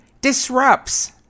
disrupts